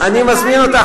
שנתיים בדיוק.